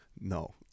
No